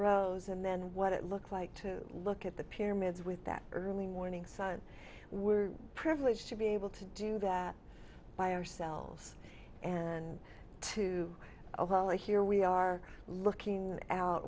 rose and then what it looked like to look at the pyramids with that early morning sun we're privileged to be able to do that by ourselves and to overlay here we are looking out